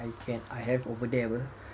I have over there apa